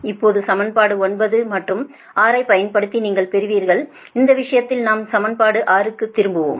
இப்போது சமன்பாடு 10 மற்றும் 6 ஐப் பயன்படுத்தி நீங்கள் பெறுவீர்கள் இந்த விஷயத்தில் நாம் சமன்பாடு 6 க்குத் திரும்புவோம்